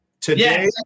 Today